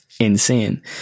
Insane